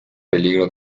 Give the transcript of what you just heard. peligro